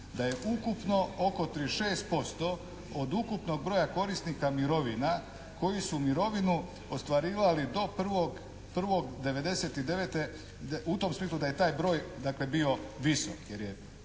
da je ukupno oko 36% od ukupnog broja korisnika mirovina koji su mirovinu ostvarivali do 1.1.1999. u tom smislu da je taj broj dakle bio visok jer je